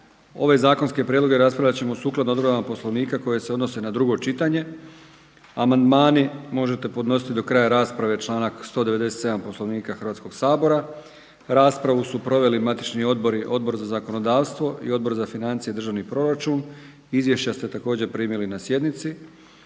Ove zakonske prijedloge raspravljat ćemo sukladno odredbama Poslovnika koje se odnose na drugo čitanje. Amandmane možete podnositi do kraja rasprave, članak 197. Poslovnika Hrvatskoga sabora. Raspravu su proveli matični odbori Odbor za zakonodavstvo i Odbor za financije i državni proračun. Izvješća ste također primili na sjednici.